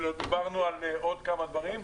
לא דיברנו על עוד כמה דברים.